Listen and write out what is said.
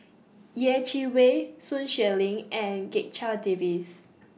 Yeh Chi Wei Sun Xueling and Checha Davies